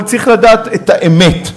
צריך לדעת את האמת.